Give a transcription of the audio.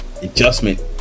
adjustment